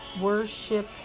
Worship